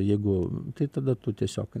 jeigu tai tada tu tiesiog